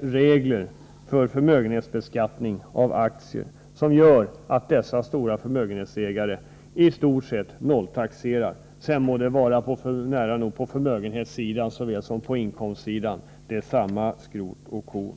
regler som finns för förmögenhetsbeskattning av aktier. Dessa regler gör att ägarna av de stora förmögenheter det gäller i stort sett nolltaxerar — oavsett om det är förmögenhetssidan eller inkomstsidan som berörs.